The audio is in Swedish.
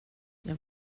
jag